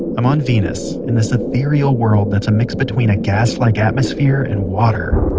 i'm on venus in this ethereal world that's a mix between a gas-like atmosphere and water.